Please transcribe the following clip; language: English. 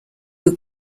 who